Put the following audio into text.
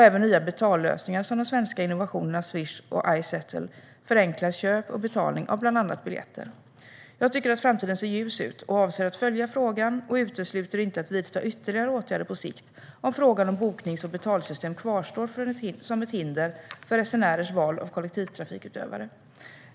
Även nya betalningslösningar som de svenska innovationerna Swish och Izettle förenklar köp och betalning av bland annat biljetter. Jag tycker att framtiden ser ljus ut och avser att följa frågan. Jag utesluter inte att vidta ytterligare åtgärder på sikt om frågan om boknings och betalsystem kvarstår som ett hinder för resenärers val av kollektivtrafikutövare.